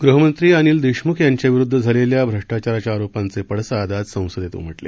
गृहमंत्री अनिल देशमुख यांच्याविरुद्ध झालेल्या भ्रष्टाचाराच्या आरोपांचे पडसाद आज संसदेत उमाले